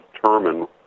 determine